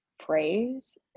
Phrase